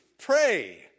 pray